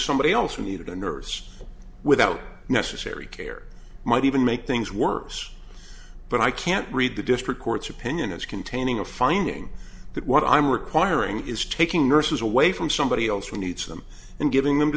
somebody else who needed a nurse without necessary care might even make things worse but i can't read the district court's opinion as containing a finding that what i'm requiring is taking nurses away from somebody else who needs them and giving them to